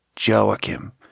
Joachim